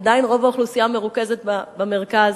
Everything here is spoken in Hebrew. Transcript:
עדיין רוב האוכלוסייה מרוכזת במרכז